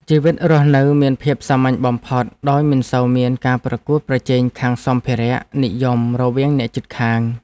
ជីវិតរស់នៅមានភាពសាមញ្ញបំផុតដោយមិនសូវមានការប្រកួតប្រជែងខាងសម្ភារៈនិយមរវាងអ្នកជិតខាង។